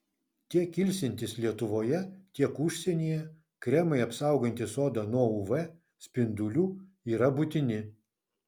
tiek ilsintis lietuvoje tiek užsienyje kremai apsaugantys odą nuo uv spindulių yra būtini